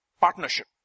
partnership